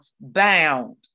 bound